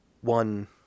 one